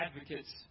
advocates